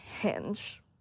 Hinge